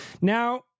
Now